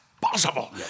possible